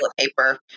paper